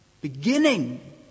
beginning